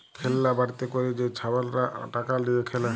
খেল্লা বাটিতে ক্যইরে যে ছাবালরা টাকা লিঁয়ে খেলে